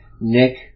Nick